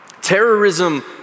Terrorism